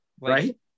right